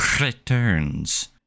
Returns*